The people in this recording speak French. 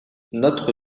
notre